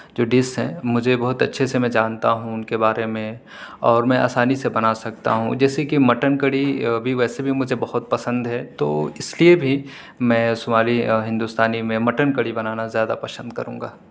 جو ڈس ہیں مجھے بہت اچھے سے میں جانتا ہوں ان کے بارے میں اور میں آسانی سے بنا سکتا ہوں جیسے کہ مٹن کری بھی ویسے بھی مجھے بہت پسند ہے تو اس لیے بھی میں سوالی ہندوستانی میں مٹن کری بنانا زیادہ پسند کروں گا